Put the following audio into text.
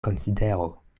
konsidero